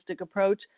approach